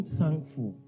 thankful